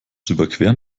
überqueren